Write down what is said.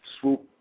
swoop